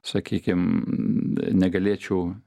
sakykim negalėčiau